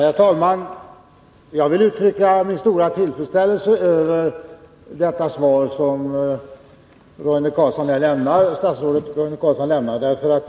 Herr talman! Jag vill uttrycka min stora tillfredsställelse över det svar som statsrådet Roine Carlsson här lämnade.